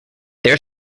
their